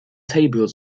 table